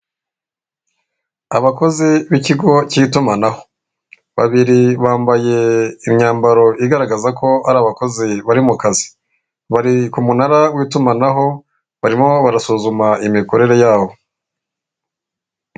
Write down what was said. Abakozi b'ikigo cy'itumanaho babiri bambaye imyambaro igaragaza ko ari abakozi bari mu kazi bari ku munara w'itumanaho barimo barasuzuma imikorere yabo.